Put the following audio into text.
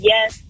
Yes